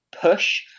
push